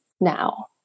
now